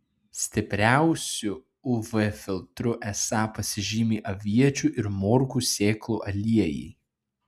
stipriausiu uv filtru esą pasižymi aviečių ir morkų sėklų aliejai